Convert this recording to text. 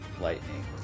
lightning